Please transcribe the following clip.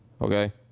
Okay